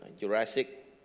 Jurassic